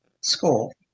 school